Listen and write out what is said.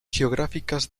geográficas